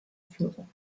führung